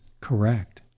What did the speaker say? correct